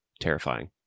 terrifying